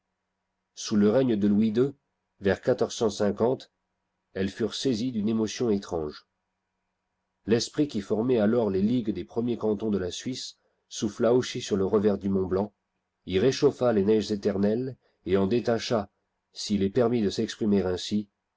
sous le règne de louis ii vers elles furent saisies d'une émotion étrange l'esprit qui formait alors les ligues des premiers cantons de la suisse souffla aussi sur le revers du mont-blanc y réchauffa les neiges éternelles et en détacha s'il est permis de s'exprimer ainsi